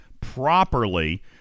properly